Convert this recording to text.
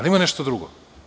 Ima nešto drugo.